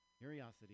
curiosity